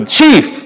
chief